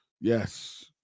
yes